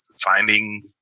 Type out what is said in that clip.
Finding